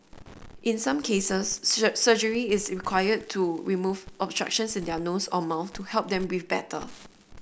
in some cases surgery is required to remove obstructions in their nose or mouth to help them breathe better